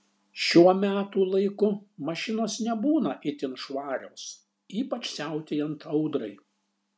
šiuo metų laiku mašinos nebūna itin švarios ypač siautėjant audrai